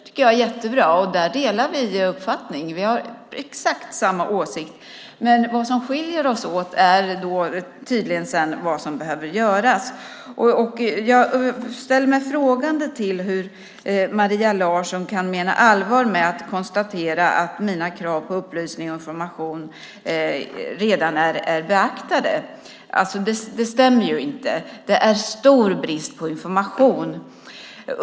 Det är jättebra, och där delar vi uppfattning. Vi har exakt samma åsikt i detta. Vad som skiljer oss åt är tydligen synen på vad som behöver göras. Jag ställer mig frågande till hur Maria Larsson kan mena allvar med att konstatera att mina krav på upplysning och information redan är beaktade. Det stämmer inte. Det är stor brist på information.